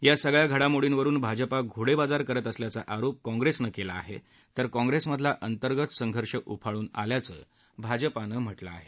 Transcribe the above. या सगळ्या घडामोडींवरून भाजपा घोडेबाजार करत असल्याचा आरोप काँग्रेसनं केला आहे तर काँग्रेसमधला अंतर्गत संघर्ष उफाळून आल्याचं भाजपानं म्हटलं आहे